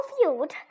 field